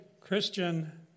Christian